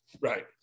Right